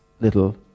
little